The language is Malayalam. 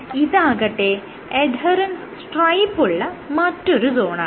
എന്നാൽ ഇതാകട്ടെ എഡ്ഹെറെൻസ് സ്ട്രൈപ്പുള്ള മറ്റൊരു സോണാണ്